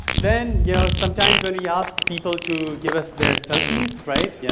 then, you know, sometimes when you yeah ask people to give us their selfies right? yeah